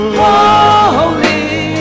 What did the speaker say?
holy